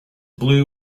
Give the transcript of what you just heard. blew